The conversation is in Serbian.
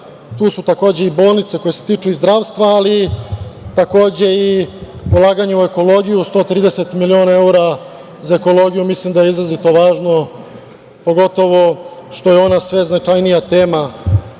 tu su takođe i bolnice koje se tiču i zdravstva, ali i ulaganje u ekologiju sa 130 miliona evra za ekologiju. Mislim da je izrazito važno, pogotovo što je ona sve značajnija tema